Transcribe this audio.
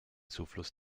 zufluss